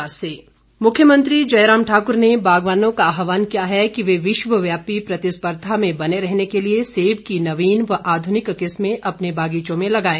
Apple festival मुख्यमंत्री जयराम ठाक्र ने बागवानों का आहवान किया कि वे विश्व व्यापी प्रतिस्पर्धा में बने रहने के लिए सेब की नवीन व आध्रनिक किस्में अपने बागीचों में लगाएं